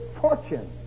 fortune